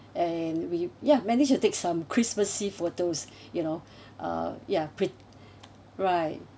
and we ya managed to take some christmassy photos you know uh ya pre~ right